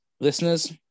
listeners